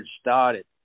started